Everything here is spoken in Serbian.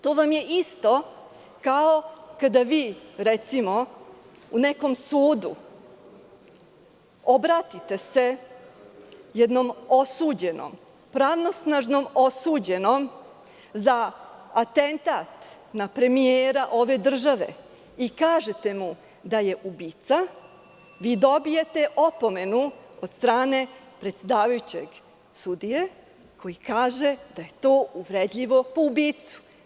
To vam je isto kao kada se vi, recimo, u nekom sudu obratite jednom pravosnažno osuđenom za atentat na premijera ove države i kažete mu da je ubica, vi dobijete opomenu od strane predsedavajućeg, odnosno sudije, koji kaže da je to uvredljivo po ubicu.